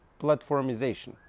platformization